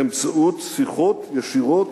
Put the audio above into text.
באמצעות שיחות ישירות,